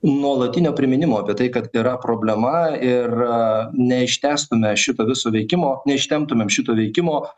nuolatinio priminimo apie tai kad yra problema ir neištęstume šito viso veikimo neištemptumėm šito veikimo